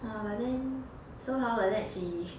!wah! but then so how like that she